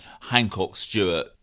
Hancock-Stewart